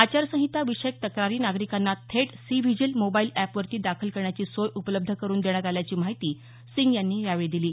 आचारसंहिता विषयक तक्रारी नागरिकांना थेट सीव्हिजील मोबाईल अॅपवरती दाखल करण्याची सोय उपलब्ध करून देण्यात आल्याची माहिती सिंग यांनी यावेळी दिली